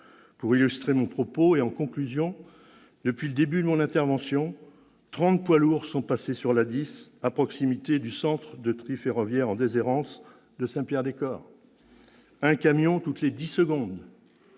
Pour illustrer mon propos, je note que depuis le début de mon intervention, trente poids lourds sont passés sur l'autoroute A10 à proximité du centre de tri ferroviaire en déshérence de Saint-Pierre-des-Corps : un camion toutes les dix secondes,